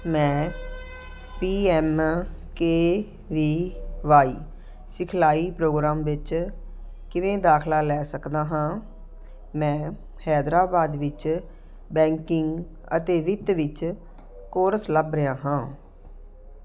ਮੈਂ P M K V Y ਸਿਖਲਾਈ programme ਵਿੱਚ ਕਿਵੇਂ ਦਾਖਲਾ ਲੈ ਸਕਦਾ ਹਾਂ ਮੈਂ ਹੈਦਰਾਬਾਦ ਵਿੱਚ ਬੈਂਕਿੰਗ ਅਤੇ ਵਿੱਤ ਵਿੱਚ ਕੋਰਸ ਲੱਭ ਰਿਹਾ ਹਾਂ